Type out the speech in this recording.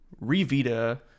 Revita